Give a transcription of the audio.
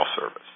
service